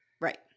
right